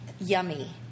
yummy